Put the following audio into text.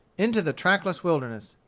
into the trackless wilderness.